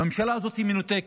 והממשלה הזאת היא מנותקת.